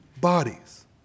bodies